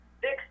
Six